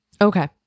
Okay